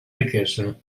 riquesa